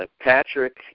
Patrick